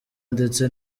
ndetse